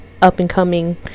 up-and-coming